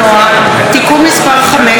התשע"ט 2018,